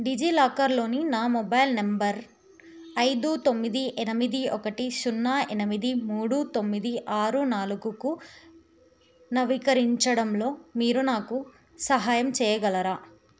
డిజిలాకర్లోని నా mobile number ఐదు తొమ్మిది ఎనిమిది ఒకటి సున్నా ఎనిమిది మూడు తొమ్మిది ఆరు నాలుగుకు నవీకరించడంలో మీరు నాకు సహాయం చేయగలరా